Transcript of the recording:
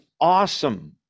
awesome